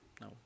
No